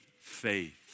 faith